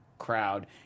crowd